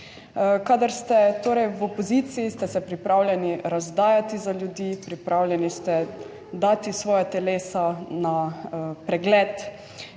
Kadar ste torej, v opoziciji ste se pripravljeni razdajati za ljudi, pripravljeni ste dati svoja telesa na pregled,